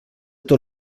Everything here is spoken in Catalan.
tot